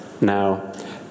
Now